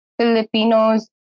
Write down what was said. Filipinos